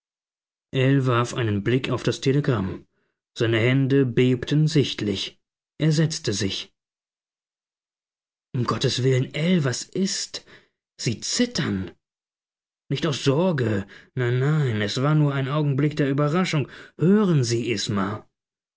warf einen blick auf das telegramm seine hände bebten sichtlich er setzte sich um gottes willen ell was ist sie zittern nicht aus sorge nein nein es war nur ein augenblick der überraschung hören sie isma